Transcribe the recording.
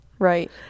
Right